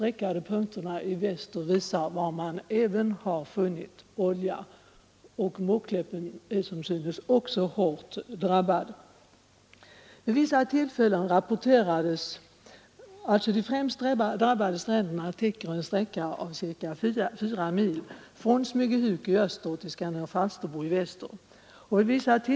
Även västerut har man funnit olja, och Måkläppen har blivit hårt drabbad. De främst drabbade stränderna täcker en sträcka av ca 4 mil från höjd med Barsebäck i Sundet.